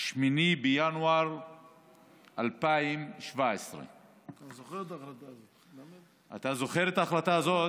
8 בינואר 2017. אתה זוכר את ההחלטה הזאת.